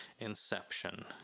Inception